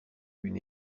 une